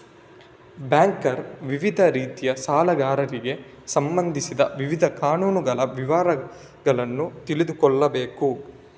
banker ವಿವಿಧ ರೀತಿಯ ಸಾಲಗಾರರಿಗೆ ಸಂಬಂಧಿಸಿದ ವಿವಿಧ ಕಾನೂನುಗಳ ವಿವರಗಳನ್ನು ತಿಳಿದುಕೊಳ್ಳಬೇಕು